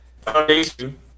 foundation